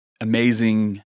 amazing